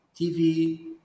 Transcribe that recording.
TV